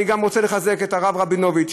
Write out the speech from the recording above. אני גם רוצה לחזק את הרב רבינוביץ,